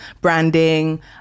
branding